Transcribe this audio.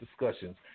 discussions